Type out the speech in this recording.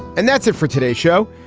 and that's it for today's show.